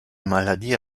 maladies